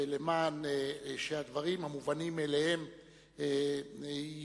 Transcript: ולמען יהיו הדברים המובנים מאליהם ברורים,